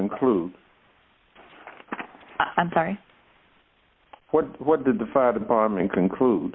include i'm sorry what did the fire department conclude